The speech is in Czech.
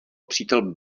přítel